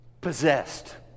possessed